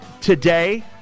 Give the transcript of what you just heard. today